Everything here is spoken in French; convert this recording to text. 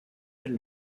elle